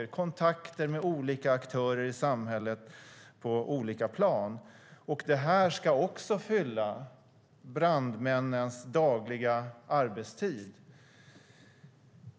Det är kontakter med olika aktörer i samhället på olika plan. Det här ska också fylla brandmännens dagliga arbetstid.